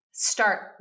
start